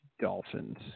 Dolphins